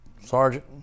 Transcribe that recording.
Sergeant